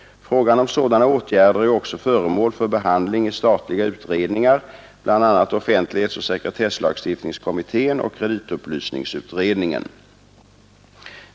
Frågan om sådana åtgärder är också föremål för behandling i statliga utredningar, bl.a. offentlighetsoch sekretesslagstiftningskommittén och kreditupplysningsutredningen.